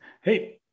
Hey